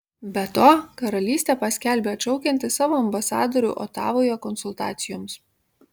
be to karalystė paskelbė atšaukianti savo ambasadorių otavoje konsultacijoms